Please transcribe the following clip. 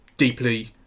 Deeply